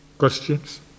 Questions